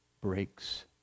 breaks